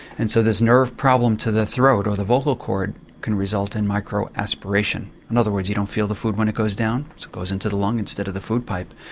and so this nerve problem to the throat or the vocal chord can result in micro-aspiration, in other words you don't feel the food when it goes down, it goes into the lung instead of the food pipe.